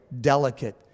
delicate